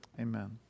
amen